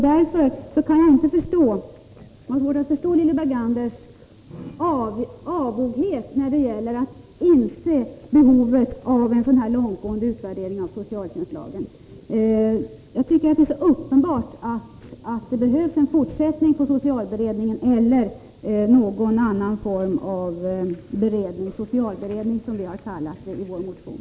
Jag kan inte förstå Lilly Berganders avoghet när det gäller att inse behovet av en sådan långtgående utvärdering av socialtjänstlagen. Jag tycker att det är så uppenbart att det behövs en fortsättning på socialberedningens arbete eller någon annan form av beredning — vi har kallat det för socialdelegation i vår motion.